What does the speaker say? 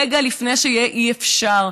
רגע לפני שלא יהיה אפשר.